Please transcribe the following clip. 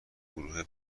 گروه